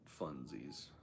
funsies